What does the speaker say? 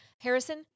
Harrison